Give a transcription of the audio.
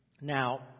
Now